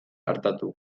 artatu